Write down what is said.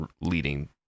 leading